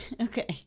okay